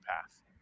path